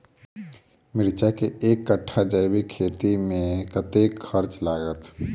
मिर्चा केँ एक कट्ठा जैविक खेती मे कतेक खर्च लागत?